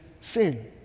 sin